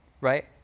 right